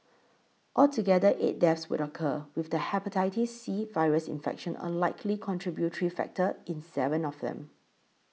altogether eight deaths would occur with the Hepatitis C virus infection a likely contributory factor in seven of them